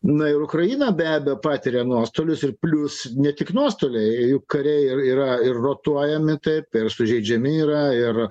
na ir ukraina be abejo patiria nuostolius ir plius ne tik nuostoliai jų kariai ir yra ir rotuojami taip sužeidžiami yra ir